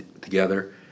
together